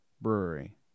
brewery